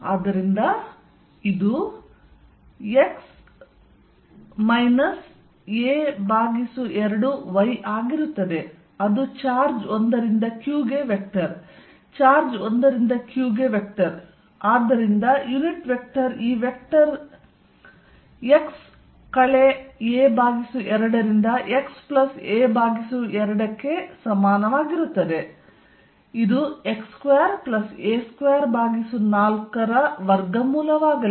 ಆದ್ದರಿಂದ ಇದು x a2 y ಆಗಿರುತ್ತದೆ ಅದು ಚಾರ್ಜ್ 1 ರಿಂದ q ಗೆ ವೆಕ್ಟರ್ ಚಾರ್ಜ್ 1 ರಿಂದ q ಗೆ ವೆಕ್ಟರ್ ಮತ್ತು ಆದ್ದರಿಂದ ಯುನಿಟ್ ವೆಕ್ಟರ್ ಈ ವೆಕ್ಟರ್ x a 2 ರಿಂದ x a 2 ಗೆ ಸಮಾನವಾಗಿರುತ್ತದೆ ಇದು x2a24 ನ ವರ್ಗಮೂಲವಾಗಲಿದೆ